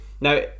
Now